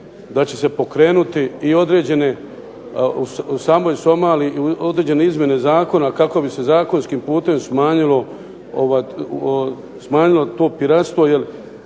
da će se pokrenuti i određene, u samoj Somaliji određene izmjene zakona kako bi se zakonskim putem smanjilo to piratstvo,